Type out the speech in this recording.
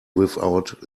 without